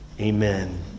Amen